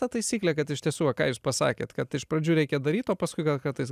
ta taisyklė kad iš tiesų va ką jūs pasakėt kad iš pradžių reikia daryt o paskui gal kartais